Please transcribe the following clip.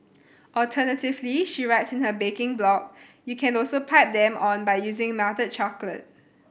alternatively she writes in her baking blog you can also pipe them on by using melted chocolate